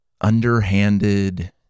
underhanded